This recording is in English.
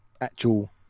actual